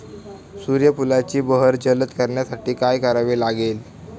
सूर्यफुलाची बहर जलद करण्यासाठी काय करावे लागेल?